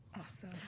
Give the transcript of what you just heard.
awesome